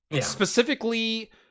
Specifically